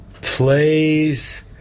plays